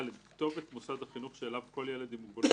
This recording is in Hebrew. כתובת מוסד החינוך שאליו כל ילד עם מוגבלות